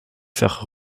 faire